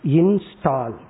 install